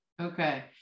okay